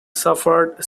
suffered